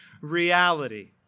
reality